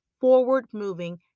forward-moving